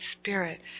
spirit